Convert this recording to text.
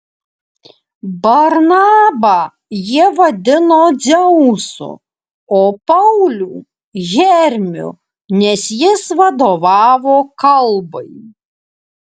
barnabą jie vadino dzeusu o paulių hermiu nes jis vadovavo kalbai